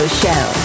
show